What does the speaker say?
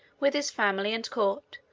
with his family and court,